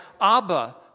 Abba